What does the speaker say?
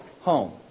home